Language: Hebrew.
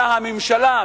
אלא הממשלה,